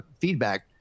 feedback